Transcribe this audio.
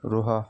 ରୁହ